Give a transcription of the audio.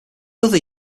other